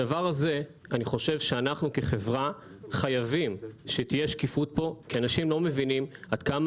בדבר הזה אנחנו כחברה חייבים שתהיה שקיפות כי אנשים לא מבינים עד כמה